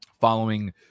following